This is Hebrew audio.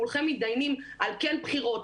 כולכם מתדיינים על כן בחירות,